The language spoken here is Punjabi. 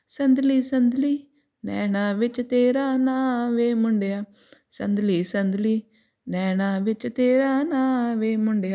ਸੰਦਲੀ ਸੰਦਲੀ ਨੈਣਾਂ ਵਿੱਚ ਤੇਰਾ ਨਾਂ ਵੇ ਮੁੰਡਿਆਂ ਸੰਦਲੀ ਸੰਦਲੀ ਨੈਣਾਂ ਵਿੱਚ ਤੇਰਾ ਨਾਂ ਵੇ ਮੁੰਡਿਆਂ